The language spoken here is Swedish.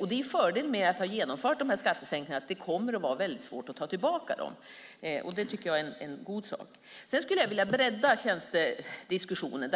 En fördel med att ha genomfört dessa skattesänkningar är att det kommer att bli väldigt svårt att ta tillbaka dem. Det tycker jag är en god sak. Jag skulle vilja bredda tjänstediskussionen.